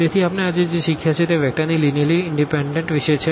તેથી આપણે આજે જે શીખ્યા છે તે વેક્ટર્સની લીનીઅર્લી ઇનડીપેનડન્ટ વિશે છે